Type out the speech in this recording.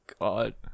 god